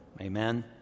Amen